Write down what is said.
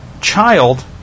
child